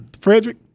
Frederick